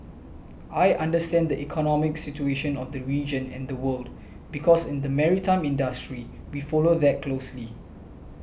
I understand the economic situation of the region and the world because in the maritime industry we follow that closely